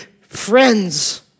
friends